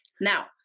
Now